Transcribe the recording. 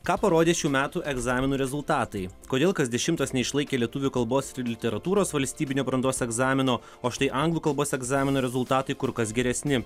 ką parodė šių metų egzaminų rezultatai kodėl kas dešimtas neišlaikė lietuvių kalbos ir literatūros valstybinio brandos egzamino o štai anglų kalbos egzamino rezultatai kur kas geresni